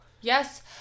Yes